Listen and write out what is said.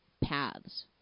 paths